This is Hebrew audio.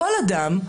כל אדם,